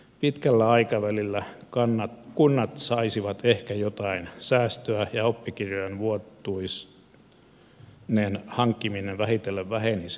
pitkällä aikavälillä kunnat saisivat ehkä jotain säästöä ja oppikirjojen vuotuinen hankkiminen vähitellen vähenisi